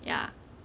ya